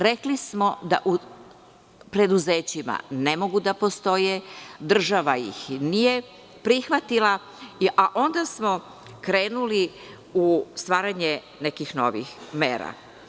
Rekli smo da preduzećima ne mogu da postoje, država ih nije prihvatila, a onda smo krenuli u stvaranje nekih novih mera.